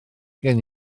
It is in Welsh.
gen